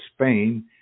Spain